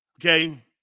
Okay